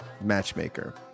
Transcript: matchmaker